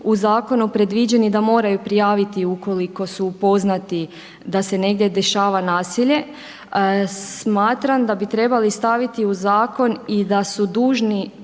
u zakonu predviđeni da moraju prijaviti ukoliko su upoznati da se negdje dešava nasilje smatram da bi trebali staviti u zakon i da su dužni